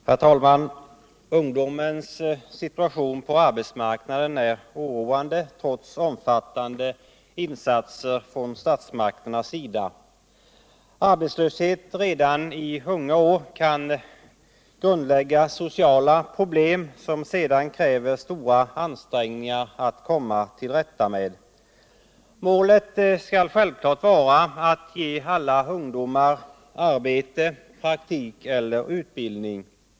Herr talman! Ungdomens situation på arbetsmarknaden är oroande trots omfattande insatser från statsmakternas sida. Arbetslöshet redan i unga år kan grundlägga sociala problem som sedan kräver stora ansträngningar att komma till rätta med. Målet skall självklart vara att ge alla ungdomar arbete, praktik eller utbildning.